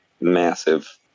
massive